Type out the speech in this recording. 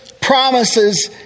promises